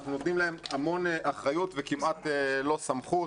אנחנו נותנים להם המון אחריות וכמעט ללא סמכות.